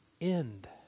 end